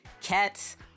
Cat's